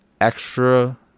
extra